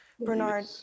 Bernard